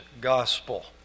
gospel